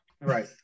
Right